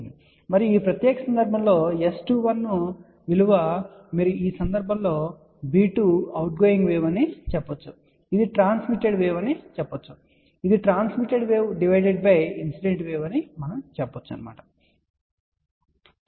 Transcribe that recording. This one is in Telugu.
మరియు ఈ ప్రత్యేక సందర్భంలో S21 విలువ మీరు ఈ సందర్భంలో b2 అవుట్ గోయింగ్ వేవ్ అని చెప్పవచ్చు ఇది transmitted wave divided by incident wave అని మనము చెబుతాము